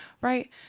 Right